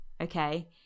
okay